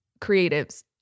creatives